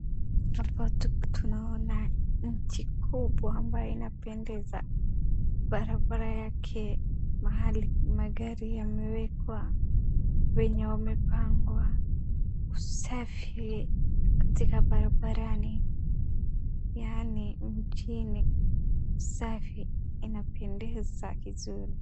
Hapa tunaona nchi kubwa ambayo inapendeza. Barabara yake mahali magari yamewekwa wenye wamepangwa usafi katika barabarani, yaani nchi ni safi inapendeza vizuri.